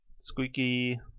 squeaky